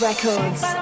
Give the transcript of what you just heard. Records